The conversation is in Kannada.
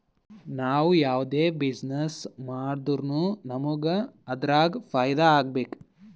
ನಾವ್ ಯಾವ್ದೇ ಬಿಸಿನ್ನೆಸ್ ಮಾಡುರ್ನು ನಮುಗ್ ಅದುರಾಗ್ ಫೈದಾ ಆಗ್ಬೇಕ